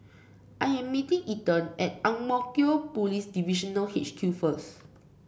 I am meeting Ethan at Ang Mo Kio Police Divisional H Q first